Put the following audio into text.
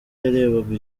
yarebaga